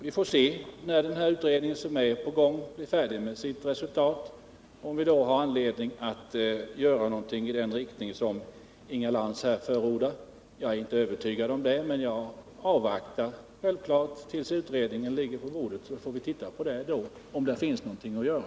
Vi får då se när den utredning som är på gång blir färdig, om vi då har anledning att göra någonting i den riktning som Inga Lantz här förordar. Jag är inte övertygad om det, men jag avvaktar självfallet tills utredningen ligger på bordet. Vi får alltså då se om det finns någonting att göra.